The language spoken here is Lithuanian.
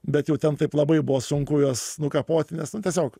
bet jau ten taip labai buvo sunku juos nukapoti nes tiesiog